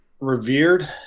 revered